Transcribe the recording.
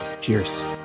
cheers